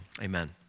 amen